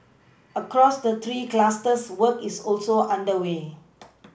across the three clusters work is also underway